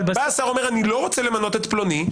בא השר ואומר שהוא לא רוצה למנות את פלוני,